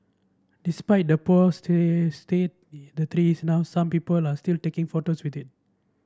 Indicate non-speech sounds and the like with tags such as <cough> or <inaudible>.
despite the poor <unintelligible> state the tree is now some people are still taking photos with it